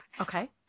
Okay